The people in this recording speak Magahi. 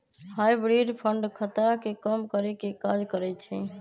हाइब्रिड फंड खतरा के कम करेके काज करइ छइ